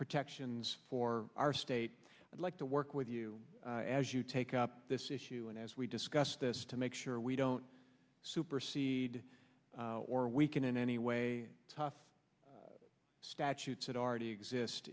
protections for our state i'd like to work with you as you take up this issue and as we discussed this to make sure we don't supersede or we can in any way tough statutes that already exist